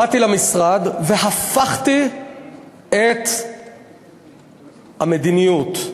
באתי למשרד והפכתי את המדיניות,